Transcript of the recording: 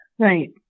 Right